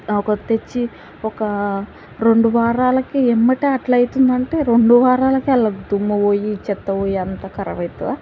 ఒక తెచ్చి ఒక రెండు వారాలకి ఎమ్మటే అట్లయితుంది అంటే రెండు వారాలకే అండ్ల దుమ్ము పోయి చెత్త పోయి అంత ఖరబ్ అవుతుందా